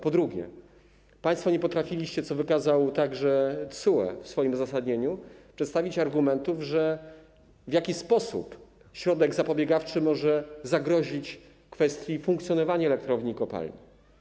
Po drugie, państwo nie potrafiliście, co wykazał także TSUE w swoim uzasadnieniu, przedstawić argumentów, w jaki sposób środek zapobiegawczy może zagrozić w kwestii funkcjonowania elektrowni i kopalni.